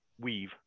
weave